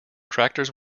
tractors